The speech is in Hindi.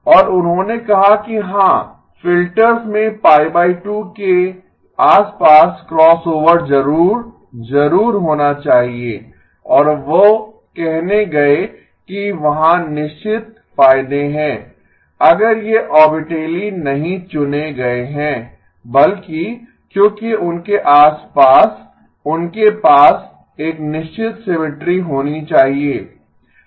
और उन्होंने कहा कि हां फिल्टर्स मे के आस पास क्रॉसओवर जरूर जरूर होना चाहिए और वो कहने गये कि वहाँ निश्चित फायदे हैं अगर ये आर्बिट्रेली नहीं चुने गए हैं बल्कि क्योंकि उनके आसपास उनके पास एक निश्चित सिमिट्री होनी चाहिये